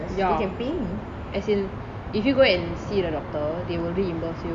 ya as in if you go and see the doctor they will reimburse you